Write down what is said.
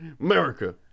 America